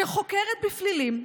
שחוקרת בפלילים,